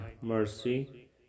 mercy